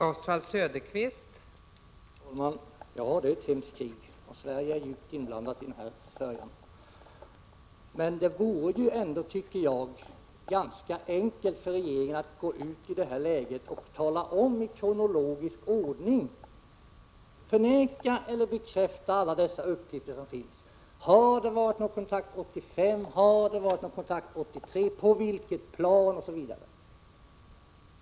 Fru talman! Ja, det är fråga om ett hemskt krig, och Sverige är djupt indraget i den här sörjan. Men det vore ändå, tycker jag, ganska enkelt för regeringen att i detta läge i kronologisk ordning förneka eller bekräfta alla de uppgifter som det gäller. Har det förekommit någon kontakt under 1983, under 1985, på vilket plan osv.?